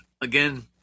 Again